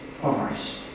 forest